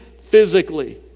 physically